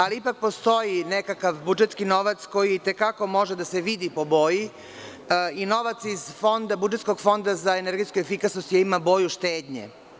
Ali, ipak postoji nekakav budžetski novac koji i te kako može da se vidi po boji i novaciz budžetskog Fonda za energetsku efikasnost ima boju štednje.